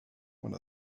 one